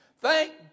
Thank